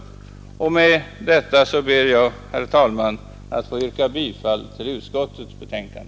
Med det anförda ber jag, herr talman, att få yrka bifall till utskottets förslag.